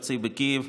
בדרוביצקי יאר,